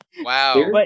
Wow